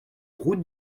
route